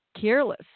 careless